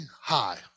high